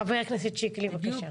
חבר הכנסת שקלי, בקשה.